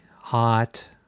hot